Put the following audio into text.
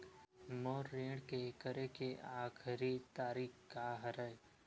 मोर ऋण के करे के आखिरी तारीक का हरे?